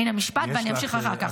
הינה, משפט ואני אמשיך אחר כך.